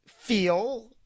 feel